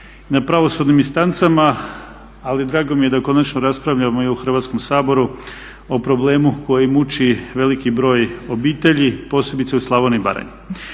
na pravosudnim instancama ali drago mi je da konačno raspravljamo i u Hrvatskom saboru o problemu koji muči veliki broj obitelji posebice u Slavoniji i Baranji.